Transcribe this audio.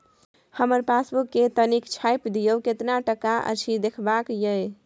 हमर पासबुक के तनिक छाय्प दियो, केतना टका अछि देखबाक ये?